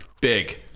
big